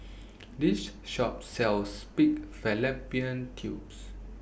This Shop sells Pig Fallopian Tubes